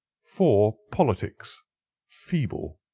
four. politics feeble.